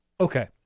Okay